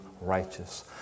righteous